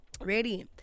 Ready